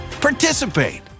participate